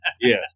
Yes